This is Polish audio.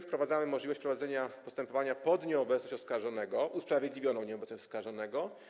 Wprowadzamy możliwość prowadzenia postępowania pod nieobecność oskarżonego, usprawiedliwioną nieobecność oskarżonego.